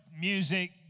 music